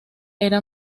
era